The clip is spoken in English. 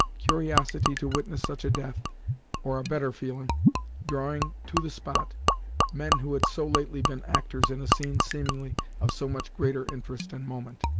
curiosity to witness such a death or a better feeling drawing to the spot men who had so lately been actors in a scene seemingly of so much greater interest and moment.